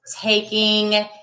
taking